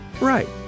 Right